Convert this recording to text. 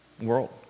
world